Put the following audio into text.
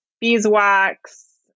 beeswax